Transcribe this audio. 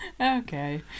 Okay